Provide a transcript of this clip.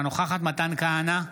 אינה נוכחת מתן כהנא,